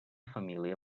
família